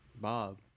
Bob